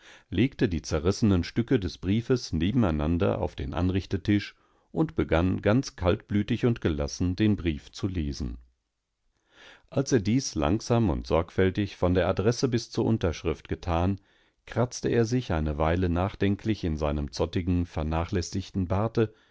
legte die zerrissenen stücke des briefes nebeneinander auf den anrichtetisch und begann ganz kaltblütig und gelassen denbriefzulesen als er dies langsam und sorgfältig von der adresse bis zu der unterschrift getan kratzte er sich eine weile nachdenklich in seinem zottigen vernachlässigten barte